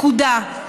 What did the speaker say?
נקודה.